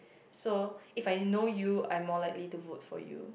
so if I know you I'm more likely to vote for you